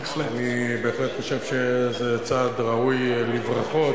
אני בהחלט חושב שזה צעד ראוי לברכות.